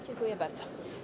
Dziękuję bardzo.